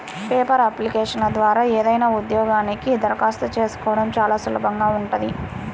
paper అప్లికేషన్ల ద్వారా ఏదైనా ఉద్యోగానికి దరఖాస్తు చేసుకోడం చానా సులభంగా ఉంటది